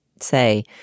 say